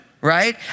right